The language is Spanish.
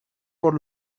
por